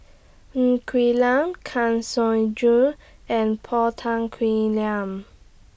Ng Quee Lam Kang Siong Joo and Paul Tan Kuih Liang